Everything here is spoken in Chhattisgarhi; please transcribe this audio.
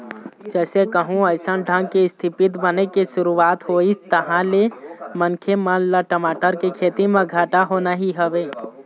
जइसे कहूँ अइसन ढंग के इस्थिति बने के शुरुवात होइस तहाँ ले मनखे मन ल टमाटर के खेती म घाटा होना ही हवय